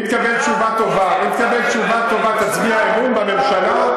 יש משהו, אם תקבל תשובה טובה, תצביע אמון בממשלה?